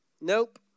Nope